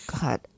God